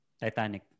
Titanic